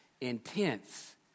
Intense